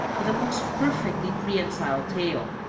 with a most perfectly prehensile tail,